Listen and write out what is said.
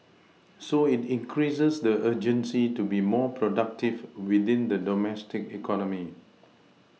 so it increases the urgency to be more productive within the domestic economy